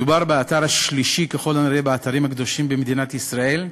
מדובר באתר השלישי ככל הנראה באתרים הקדושים במדינת ישראל,